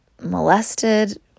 molested